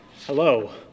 Hello